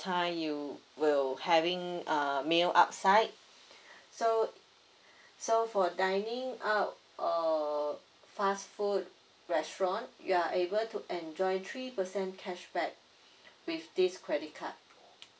time you will having uh meal outside so so for dining out or fast food restaurant you are able to enjoy three percent cashback with this credit card